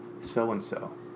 so-and-so